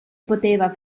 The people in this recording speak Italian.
poteva